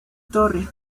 torre